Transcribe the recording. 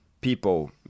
people